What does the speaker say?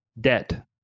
Debt